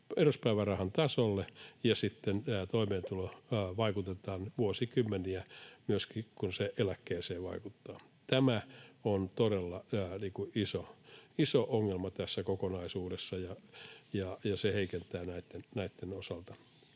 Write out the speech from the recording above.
peruspäivärahan tasolle, ja myöskin toimeentuloon vaikutetaan vuosikymmeniä, kun se vaikuttaa eläkkeeseen. Tämä on todella iso ongelma tässä kokonaisuudessa, ja se heikentää näitten osalta